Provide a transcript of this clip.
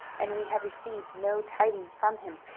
and we have received no tidings from him.